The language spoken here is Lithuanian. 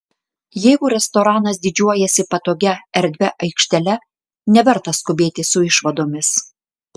jeigu restoranas didžiuojasi patogia erdvia aikštele neverta skubėti su išvadomis